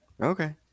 okay